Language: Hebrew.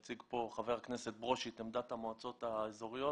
הציג פה חבר הכנסת ברושי את עמדת המועצות האזוריות,